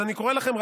אז אני קורא לכם,